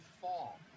fall